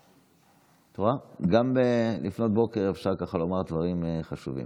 את רואה, גם לפנות בוקר אפשר לומר דברים חשובים